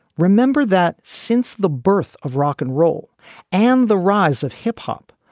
remember that since the birth of rock and roll and the rise of hip hop,